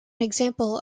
example